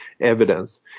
evidence